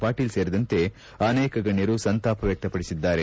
ಪಾಟೀಲ್ ಸೇರಿದಂತೆ ಅನೇಕ ಗಣ್ಯರು ಸಂತಾಪ ವ್ಯಕ್ತ ಪಡಿಸಿದ್ದಾರೆ